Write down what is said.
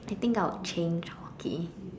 I think I would change hockey